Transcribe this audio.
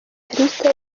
kalisa